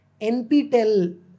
NPTEL